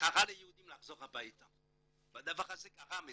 וקרא ליהודים לחזור הביתה, והדבר הזה גרם לצרפתים,